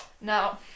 Now